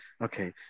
Okay